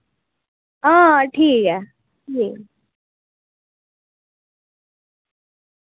आं ठीक ऐ